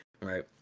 Right